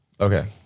Okay